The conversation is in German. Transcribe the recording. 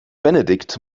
benedikt